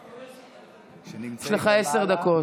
יש לך עשר דקות.